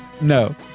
No